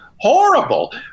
Horrible